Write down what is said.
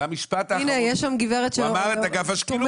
במשפט האחרון הוא אמר את אגף השקילות.